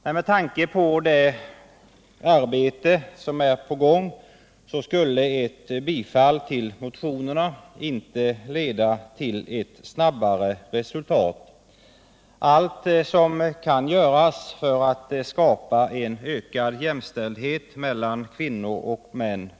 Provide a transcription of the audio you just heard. Med tanke på det arbete som pågår skulle emellertid ett bifall till motionerna inte leda till ett snabbare resultat, men allt bör självfallet göras för att skapa ökad jämställdhet mellan kvinnor och män.